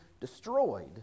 destroyed